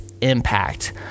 impact